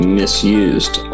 misused